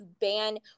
ban